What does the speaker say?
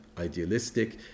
idealistic